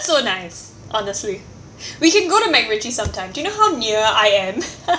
that's so nice honestly we can go to macritchie sometime do you know how near I am